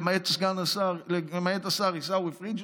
למעט השר עיסאווי פריג',